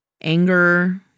anger